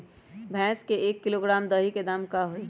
भैस के एक किलोग्राम दही के दाम का होई?